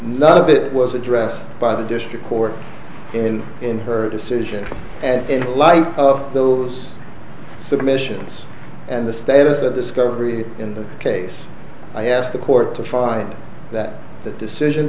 none of it was addressed by the district court in in her decision and in light of those submissions and the status of discovery in this case i ask the court to find that that decision